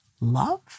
Love